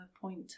point